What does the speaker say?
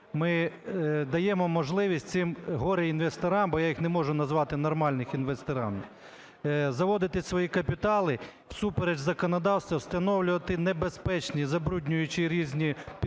ми даємо можливість цим горе-інвесторам, бо я їх не можу назвати нормальними інвесторами, заводити свої капітали, всупереч законодавству встановлювати небезпечні забруднюючі різні підприємства